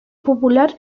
popular